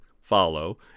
follow